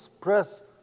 press